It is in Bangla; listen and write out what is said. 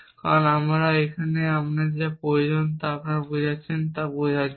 কারণ এখানে আপনার যা প্রয়োজন তা হল আপনি যা বোঝাচ্ছেন তা বোঝার জন্য